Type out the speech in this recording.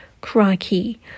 Crikey